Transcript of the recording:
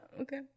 okay